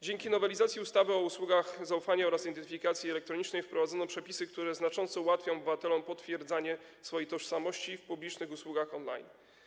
Dzięki nowelizacji ustawy o usługach zaufania oraz identyfikacji elektronicznej wprowadzono przepisy, które znacząco ułatwią obywatelom potwierdzanie swojej tożsamości w publicznych usługach on-line.